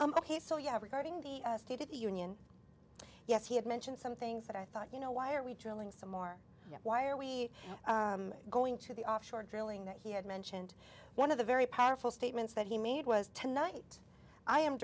everyone ok so you have regarding the state of the union yes he had mentioned some things that i thought you know why are we drilling some more why are we going to the offshore drilling that he had mentioned one of the very powerful statements that he made was tonight i am